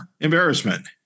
embarrassment